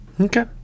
Okay